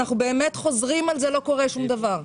אנחנו חוזרים על זה, ולא קורה שום דבר.